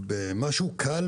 במשהו קל